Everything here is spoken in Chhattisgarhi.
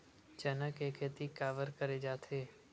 चना के खेती काबर करे जाथे?